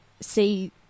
see